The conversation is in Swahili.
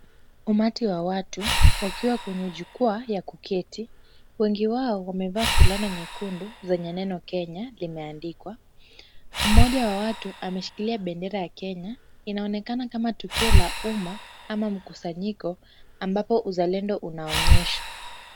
Umati wa watu wakiwa kwenye jukwaa ya kuketi wengi wao wamevaa fulana nyekundu zenye neno Kenya limeandikwa. Mmoja wa watu ameshikilia bendera ya Kenya, inaonekana kama tukio la umma ama mkusanyiko ambapo uzalendo unaonyeshwa.